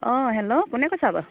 অঁ হেল্ল' কোনে কৈছা বাৰু